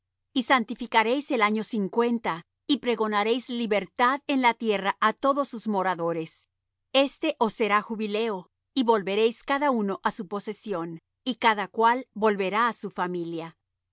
y santificaréis el año cincuenta y pregonaréis libertad en la tierra á todos sus moradores este os será jubileo y volveréis cada uno á su posesión y cada cual volverá á su familia